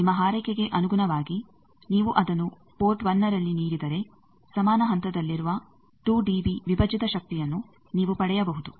ಈಗ ನಿಮ್ಮ ಹಾರೈಕೆಗೆ ಅನುಗುಣವಾಗಿ ನೀವು ಅದನ್ನು ಪೋರ್ಟ್ 1ರಲ್ಲಿ ನೀಡಿದರೆ ಸಮಾನ ಹಂತದಲ್ಲಿರುವ 2 ಡಿಬಿ ವಿಭಜಿತ ಶಕ್ತಿಯನ್ನು ನೀವು ಪಡೆಯಬಹುದು